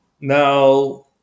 Now